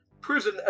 Prison